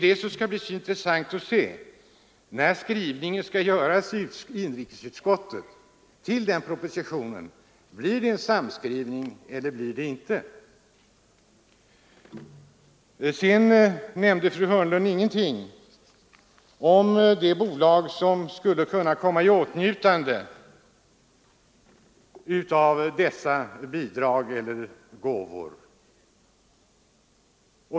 Det skall bli intressant att se om det i inrikesutskottet blir en samskrivning eller inte. Fru Hörnlund sade ingenting om de bolag som skulle kunna komma i åtnjutande av dessa bidrag eller gåvor.